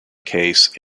case